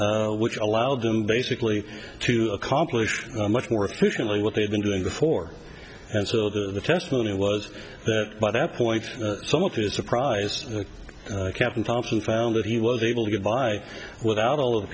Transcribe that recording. machines which allowed them basically to accomplish much more efficiently what they've been doing before and so the testimony was that by that point some of his surprise captain thompson found that he was able to get by without all of the